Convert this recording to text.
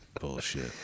Bullshit